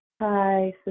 Hi